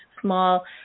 small